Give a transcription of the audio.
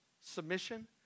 submission